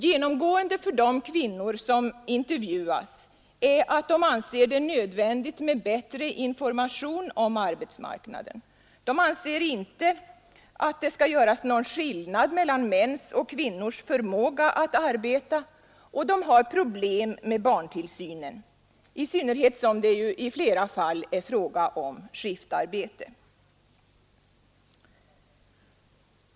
Genomgående för de kvinnor som intervjuas är att de anser det nödvändigt med bättre information om arbetsmarknaden. De anser inte att det skall göras någon skillnad mellan mäns och kvinnors förmåga att arbeta och de har problem med barntillsynen, i synnerhet som det i flera fall är fråga om skiftarbete.